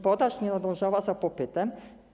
Podaż nie nadążała za popytem.